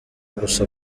gusa